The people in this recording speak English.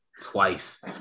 twice